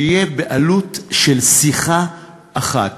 שיהיה בעלות של שיחה אחת.